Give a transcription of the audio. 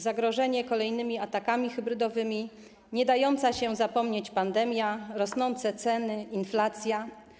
Zagrożenie kolejnymi atakami hybrydowymi, niedająca się zapomnieć pandemia, rosnące ceny, inflacja.